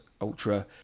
ultra